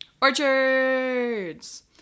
Orchards